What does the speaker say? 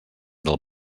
del